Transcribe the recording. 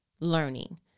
learning